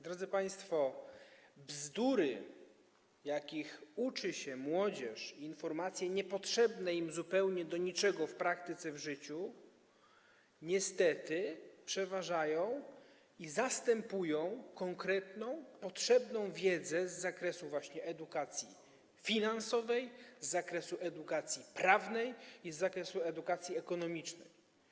Drodzy państwo, bzdury, jakich uczy się młodzież, informacje niepotrzebne im zupełnie do niczego w praktyce, w życiu niestety przeważają i zastępują konkretną wiedzę, potrzebną wiedzę z zakresu edukacji finansowej, z zakresu edukacji prawnej i z zakresu edukacji ekonomicznej.